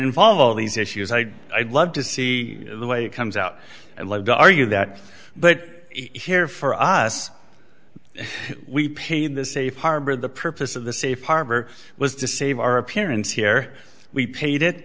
involve all these issues i love to see the way it comes out and like to argue that but here for us we paid the safe harbor the purpose of the safe harbor was to save our appearance here we paid it